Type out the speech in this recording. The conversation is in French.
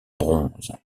bronze